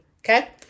okay